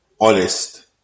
honest